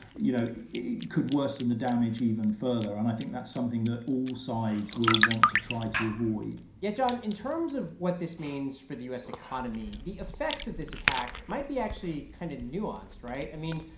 you know it could worsen the damage even further. and i think that's something that all sides will want to try to avoid yeah. john, in terms of what this means for the u s. economy, the effects of this attack might be actually kind of nuanced, right? i mean,